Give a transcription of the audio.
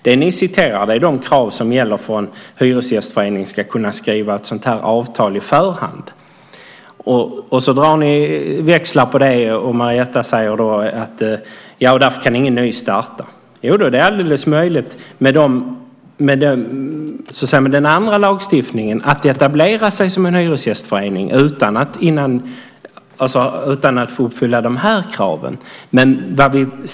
De krav ni citerade är de som gäller för att Hyresgästföreningen ska kunna skriva ett avtal på förhand. Så drar ni stora växlar på det, och Marietta säger att då kan ingen ny starta. Det är helt möjligt med den andra lagstiftningen att etablera sig som en hyresgästförening utan att uppfylla de här kraven som vi pratar om.